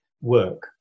work